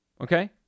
Okay